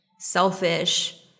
selfish